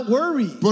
worry